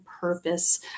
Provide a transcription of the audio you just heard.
purpose